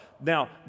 Now